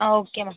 ஆ ஓகேம்மா